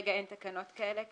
כרגע אין תקנות כאלה.